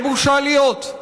בממשלה הזאת זה די בושה להיות.